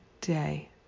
day